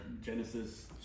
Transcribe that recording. Genesis